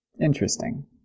Interesting